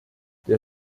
der